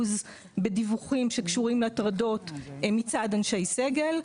בדיווחים שקשורים להטרדות מצד אנשי סגל,